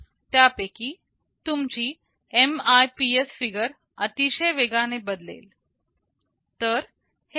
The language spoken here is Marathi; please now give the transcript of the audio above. त्यापैकी तुमची MIPS फिगर अतिशय वेगाने बदलेल